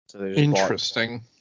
interesting